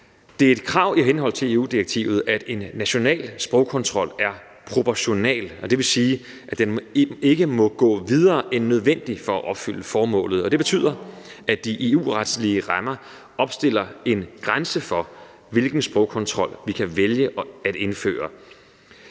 Det er et krav i EU-direktivet, at en national sprogkontrol er proportional, og det vil sige, at den ikke må gå videre end nødvendigt for at opfylde formålet. Det betyder, at de EU-retlige rammer opstiller en grænse for, hvilken sprogkontrol vi kan vælge at indføre.